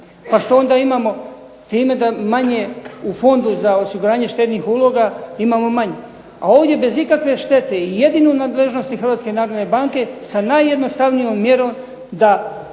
Pa što onda imamo time da manje u Fondu za osiguranja štednih uloga imamo manje. A ovdje bez ikakve štete i jedino u nadležnosti Hrvatske narodne banke sa najjednostavnijom mjerom da